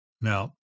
Now